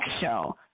show